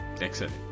excellent